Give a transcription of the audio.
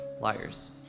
liars